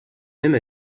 même